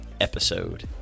episode